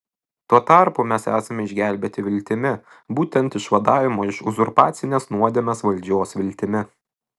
tuo tarpu mes esame išgelbėti viltimi būtent išvadavimo iš uzurpacinės nuodėmės valdžios viltimi